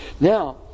Now